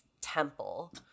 temple